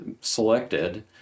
selected